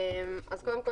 קודם כל,